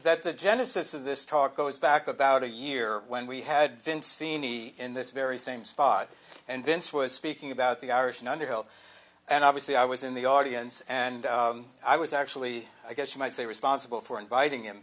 the genesis of this talk goes back about a year when we had vince feeney in this very same spot and vince was speaking about the irish in underhill and obviously i was in the audience and i was actually i guess you might say responsible for inviting him